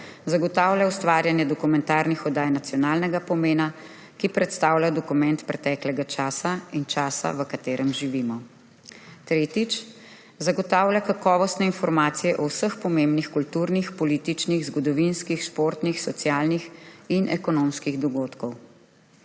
zagotavlja ustvarjanje dokumentarnih oddaj nacionalnega pomena, ki predstavljajo dokument preteklega časa in časa, v katerem živimo. Tretjič. Zagotavlja kakovostne informacije o vseh pomembnih kulturnih, političnih, zgodovinskih, športnih, socialnih in ekonomskih dogodkih.